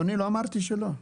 אדוני, לא אמרתי שלא.